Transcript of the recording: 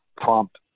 prompt